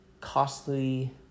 costly